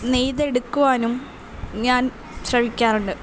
നെയ്ത് എടുക്കുവാനും ഞാൻ ശ്രമിക്കാറുണ്ട്